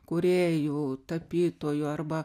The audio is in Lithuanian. kūrėjų tapytojų arba